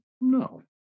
no